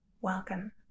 Welcome